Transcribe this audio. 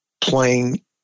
playing